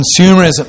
consumerism